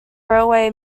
railway